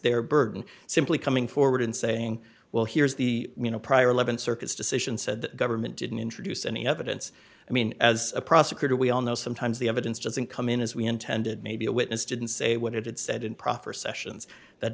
their burden simply coming forward and saying well here's the you know prior th circuit's decision said the government didn't introduce any evidence i mean as a prosecutor we all know sometimes the evidence doesn't come in as we intended maybe a witness didn't say what it said and proffer sessions that